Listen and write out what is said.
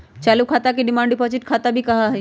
चालू खाता के डिमांड डिपाजिट खाता भी कहा हई